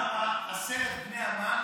למה, אדוני היושב-ראש,